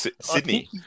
Sydney